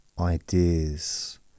ideas